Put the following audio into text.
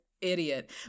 idiot